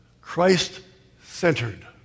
Christ-centered